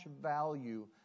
value